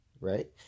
right